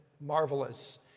marvelous